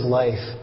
life